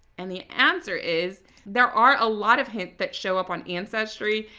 and the answer is there are a lot of hints that show up on ancestry.